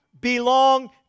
belong